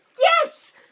YES